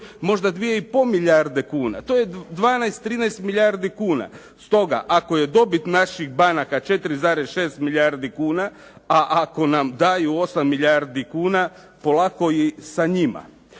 možda 2 i pol milijarde kuna. To je 12, 13 milijardi kuna. Stoga ako je dobit naših banaka 4,6 milijardi kuna, a ako nam daju 8 milijardi kuna polako i sa njima.